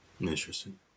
Interesting